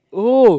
oh